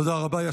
תודה רבה.